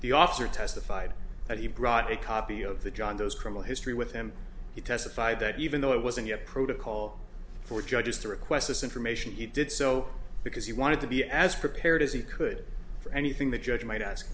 the officer testified that he brought a copy of the john doe's criminal history with him he testified that even though it wasn't yet protocol for judges to request this information he did so because he wanted to be as prepared as he could for anything the judge might ask